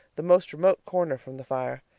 the most remote corner from the fire.